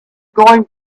going